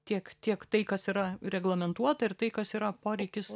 tiek kiek tai kas yra reglamentuota ir tai kas yra poreikis